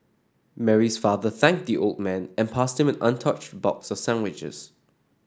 Mary's father thanked the old man and passed him an untouched box of sandwiches